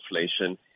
inflation